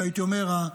והייתי אומר,